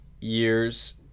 years